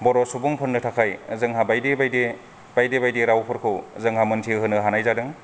बर' सुबुंफोरनो थाखाय जोंहा बायदि बायदि बायदि बायदि रावफोरखौ जोंहा मोनसे होनो हानाय जादों